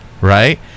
right